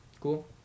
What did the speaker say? Cool